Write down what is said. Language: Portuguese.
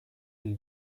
lhe